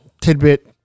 tidbit